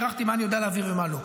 הערכתי מה אני יודע להעביר ומה לא.